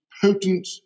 potent